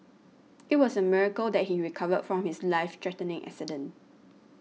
it was a miracle that he recovered from his life threatening accident